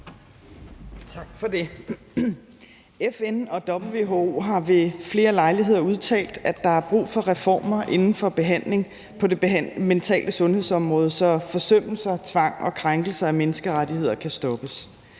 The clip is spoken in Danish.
FN og WHO har ved flere lejligheder udtalt, at der er brug for reformer inden for behandlingen på det mentale sundhedsområde, så forsømmelser, tvang og krænkelser af menneskerettigheder kan stoppes.